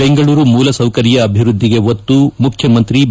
ಬೆಂಗಳೂರು ಮೂಲಸೌಕರ್ಯ ಅಭಿವೃದ್ದಿಗೆ ಒತ್ತು ಮುಖ್ಯಮಂತ್ರಿ ಬಿ